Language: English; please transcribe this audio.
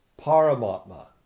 Paramatma